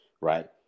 right